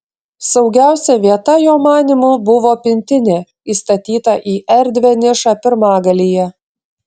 saugiausia vieta jo manymu buvo pintinė įstatyta į erdvią nišą pirmagalyje